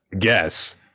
Yes